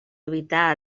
evitar